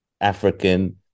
African